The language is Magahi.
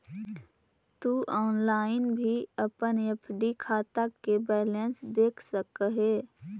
तु ऑनलाइन भी अपन एफ.डी खाता के बैलेंस देख सकऽ हे